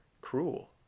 cruel